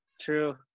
True